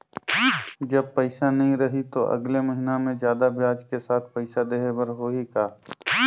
जब पइसा नहीं रही तो अगले महीना मे जादा ब्याज के साथ पइसा देहे बर होहि का?